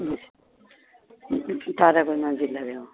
তাত